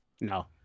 No